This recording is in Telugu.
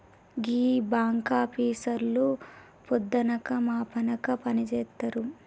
గీ బాంకాపీసర్లు పొద్దనక మాపనక పనిజేత్తరు